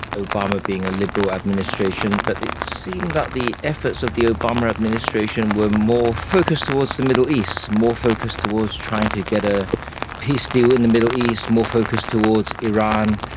obama being a liberal administration, but it seemed that the efforts of the obama administration were more focused towards the middle east, more focused towards trying to get a peace deal in the middle east, more focused towards iran.